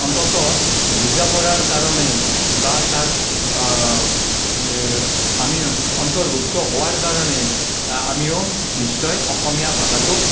অন্তত বুজাপৰাৰ কাৰণে বা তাৰ বে আমি অন্তৰ্ভুক্ত হোৱাৰ কাৰণে আমিও নিশ্চয় অসমীয়া ভাষাটোক